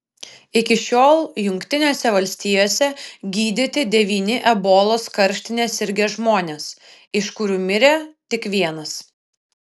iki šiol jungtinėse valstijose gydyti devyni ebolos karštine sirgę žmonės iš kurių mirė tik vienas